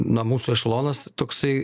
na mūsų ešelonas toksai